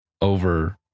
over